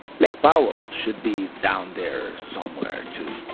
lake powell should be down there somewhere too.